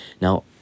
Now